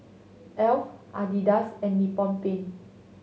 Alf Adidas and Nippon Paint